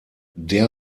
der